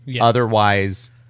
Otherwise